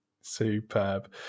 Superb